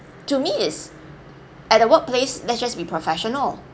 to me is at the workplace lets just be professional